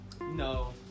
no